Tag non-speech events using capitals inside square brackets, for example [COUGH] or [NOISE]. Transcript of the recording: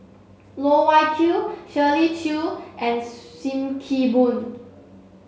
Loh Wai Kiew Shirley Chew and [UNINTELLIGIBLE] Sim Kee Boon